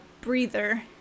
breather